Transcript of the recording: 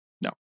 No